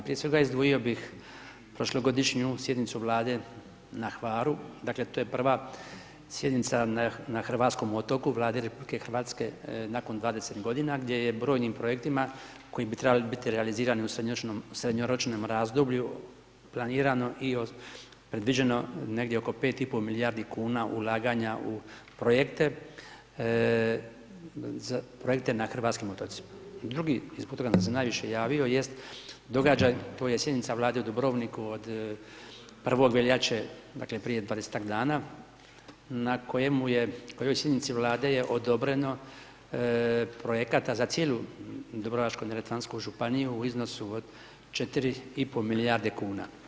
Prije svega izdvojio bi prošlogodišnju sjednicu Vlade na Hvaru, dakle to je prva sjednica na hrvatskom otoku Vlade RH nakon 20 godina gdje je brojnim projektima koji bi trebali biti realizirani u srednjoročnom, srednjoročnom razdoblju planirano i od, predviđeno negdje oko 5,5 milijardi kuna ulaganja u projekte, projekte na hrvatskim otocima i drugi… [[Govornik se ne razumije]] najviše javio jest događaj, to je sjednica Vlade u Dubrovniku od 1. veljače, dakle, prije 20-tak dana na kojemu je, na kojoj sjednici Vlade je odobreno projekata za cijelu dubrovačko-neretvansku županiju u iznosu od 4,5 milijarde kuna.